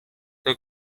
they